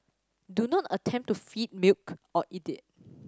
do not attempt to feed milk or eat it